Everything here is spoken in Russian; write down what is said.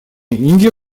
индия